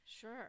Sure